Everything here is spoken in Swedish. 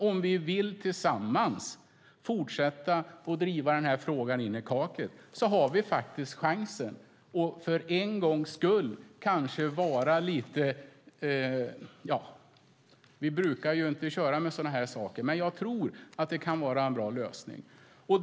Om vi vill fortsätta att tillsammans driva frågan ända in i kaklet har vi nu alltså en chans. Vi brukar inte köra med sådana här saker, men jag tror att det här kan vara en bra lösning.